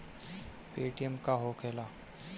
Paytm का होखेला?